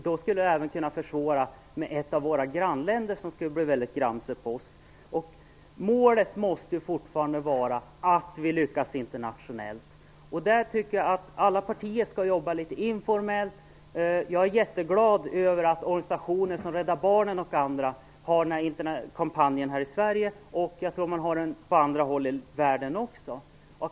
Då skulle det även kunna försvåra för ett av våra grannländer, som skulle bli väldigt gramse på oss. Målet måste fortfarande vara att vi lyckas internationellt. Jag tycker att alla partier skall jobba informellt. Jag är jätteglad över att organisationer som Rädda Barnen gör en kampanj i Sverige. Jag tror att man gör den på andra håll i världen också.